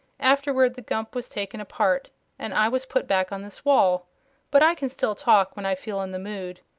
afterward the gump was taken apart and i was put back on this wall but i can still talk when i feel in the mood,